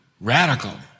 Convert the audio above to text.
radical